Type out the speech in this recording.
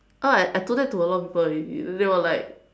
oh I I told that to a lot of people already they were like